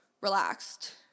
relaxed